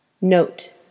Note